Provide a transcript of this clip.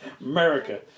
America